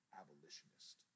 abolitionist